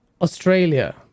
Australia